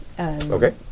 Okay